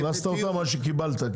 הכנסת אותם או שקיבלת?